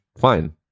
fine